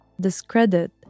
discredit